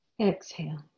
exhale